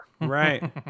Right